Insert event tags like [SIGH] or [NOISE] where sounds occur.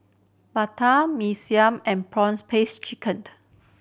bandung Mee Siam and prawns paste chicken [UNINTELLIGIBLE]